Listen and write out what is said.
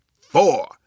four